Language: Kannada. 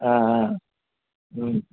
ಆಂ ಹಾಂ ಹ್ಞೂ